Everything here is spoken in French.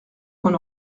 qu’on